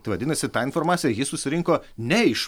tai vadinasi tą informaciją jis susirinko ne iš